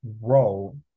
role